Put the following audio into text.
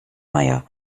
meier